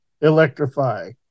Electrify